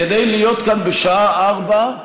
כדי להיות כאן בשעה 16:00,